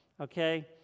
Okay